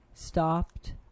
Stopped